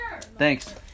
Thanks